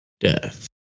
Death